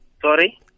Sorry